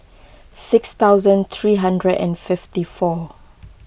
six thousand three hundred and fifty four